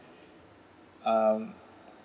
um